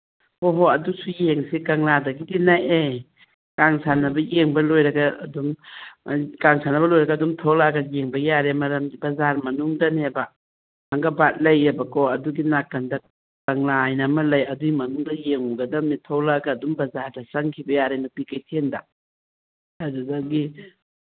ꯍꯣꯏ ꯍꯣꯏ ꯑꯗꯨꯁꯨ ꯌꯦꯡꯉꯨꯁꯤ ꯀꯪꯂꯥꯗꯒꯤꯗꯤ ꯅꯛꯑꯦ ꯀꯥꯡ ꯁꯥꯟꯅꯕ ꯌꯦꯡꯕ ꯂꯣꯏꯔꯒ ꯑꯗꯨꯝ ꯀꯥꯡ ꯁꯥꯟꯅꯕ ꯂꯣꯏꯔꯒ ꯑꯗꯨꯝ ꯊꯣꯛꯂꯛꯑꯒ ꯌꯦꯡꯕ ꯌꯥꯔꯦ ꯃꯔꯝꯗꯤ ꯕꯖꯥꯔ ꯃꯅꯨꯡꯗꯅꯦꯕ ꯊꯥꯡꯒꯄꯥꯠ ꯂꯩꯌꯦꯕꯀꯣ ꯑꯗꯨꯒꯤ ꯅꯥꯀꯟꯗ ꯀꯪꯂꯥ ꯍꯥꯏꯅ ꯑꯃ ꯂꯩ ꯑꯗꯨꯒꯤ ꯃꯅꯨꯡꯗ ꯌꯦꯡꯉꯨꯒꯗꯝꯅꯦ ꯊꯣꯛꯂꯛꯑꯒ ꯑꯗꯨꯝ ꯕꯖꯥꯔꯗ ꯆꯪꯈꯤꯕ ꯌꯥꯔꯦ ꯅꯨꯄꯤ ꯀꯩꯊꯦꯜꯗ ꯑꯗꯨꯗꯒꯤ